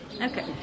Okay